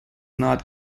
not